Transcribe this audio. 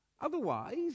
Otherwise